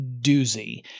doozy